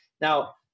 Now